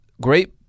Great